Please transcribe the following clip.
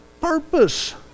purpose